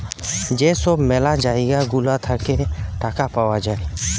যেই সব ম্যালা জায়গা গুলা থাকে টাকা পাওয়া যায়